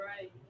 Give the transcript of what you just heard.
right